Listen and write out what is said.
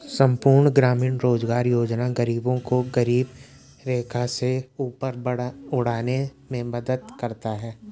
संपूर्ण ग्रामीण रोजगार योजना गरीबों को गरीबी रेखा से ऊपर उठाने में मदद करता है